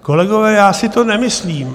Kolegové, já si to nemyslím.